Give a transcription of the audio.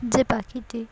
যে পাখিটি